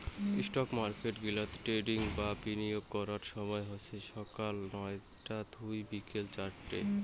stock market গিলাতে trading বা বিনিয়োগ করার সময় হসে সকাল নয়তা থুই বিকেল চারতে